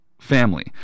family